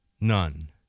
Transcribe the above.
none